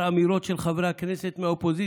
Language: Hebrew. אמירות של חברי הכנסת מהאופוזיציה,